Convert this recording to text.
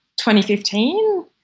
2015